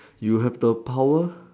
now have the power